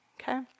okay